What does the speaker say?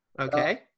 okay